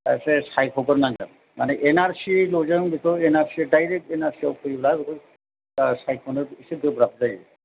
सासे सायख' गोरनांगोन माने एनआरसिल'जों बेखौ एनआरसि डाइरेक्ट एनआरसिआव फैयोब्ला बेखौ दा सायख'नो एसे गोब्राब जायो